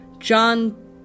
John